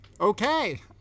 Okay